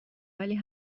ولی